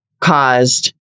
caused